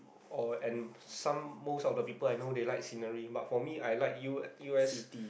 or and some most of the people I know they like the scenery but for me I like U u_s